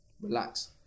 relax